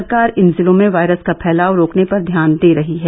सरकार इन जिलों में वायरस का फैलाव रोकने पर ध्यान दे रही है